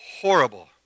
horrible